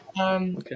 Okay